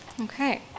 Okay